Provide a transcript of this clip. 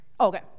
okay